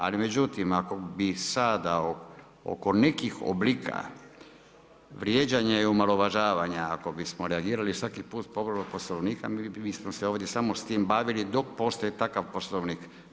Ali, međutim, ako bi sada oko nekih oblika vrijeđanja i omalovažavanja, ako bismo reagirali svaki put povredu Poslovnika, nismo se ovdje samo s tim bavili dok postoji takav poslovni.